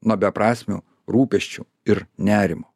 nuo beprasmių rūpesčių ir nerimo